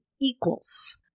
equals